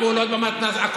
הפעולות במתנ"ס, סליחה, אדוני.